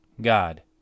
God